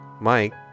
Mike